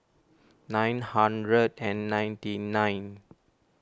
nine hundred and ninety nine